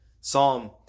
Psalm